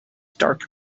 dark